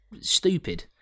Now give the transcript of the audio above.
stupid